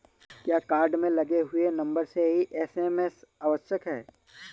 क्या कार्ड में लगे हुए नंबर से ही एस.एम.एस आवश्यक है?